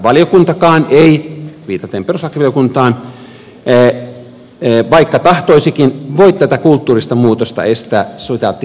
valiokuntakaan ei viitaten perustuslakivaliokuntaan vaikka tahtoisikin voi tätä kulttuurista muutosta estää